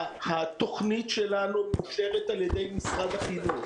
התוכנית שלנו מאושרת על ידי משרד החינוך,